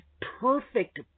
perfect